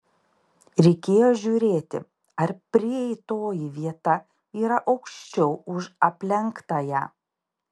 reikėjo žiūrėti ar prieitoji vieta yra aukščiau už aplenktąją